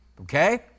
Okay